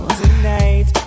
tonight